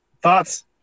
thoughts